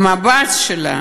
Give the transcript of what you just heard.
והמבט שלה